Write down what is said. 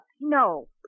No